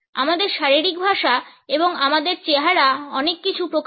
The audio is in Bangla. আমাদের শারীরিক ভাষা এবং আমাদের চেহারা অনেক কিছু প্রকাশ করে